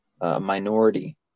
Minority